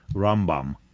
rambam,